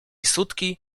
sutki